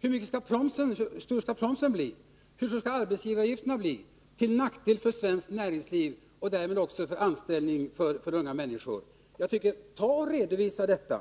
Hur stor skall promsen och arbetsgivaravgifterna bli till nackdel för svenskt näringsliv och därmed också för unga människors anställningsmöj ligheter? Redovisa detta!